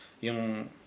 yung